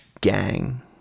gang